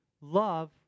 love